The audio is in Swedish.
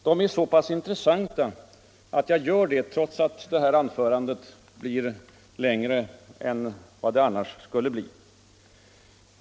De är så pass intressanta att jag gör det trots att mitt anförande därigenom blir längre än vad det annars skulle ha blivit.